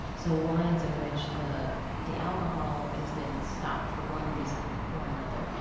so, wines in which the the alcohol has been stopped for one reason or another.